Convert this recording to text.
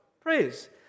praise